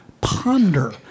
ponder